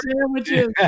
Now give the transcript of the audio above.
sandwiches